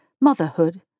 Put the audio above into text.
motherhood